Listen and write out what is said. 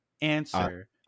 answer